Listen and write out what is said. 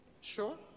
Sure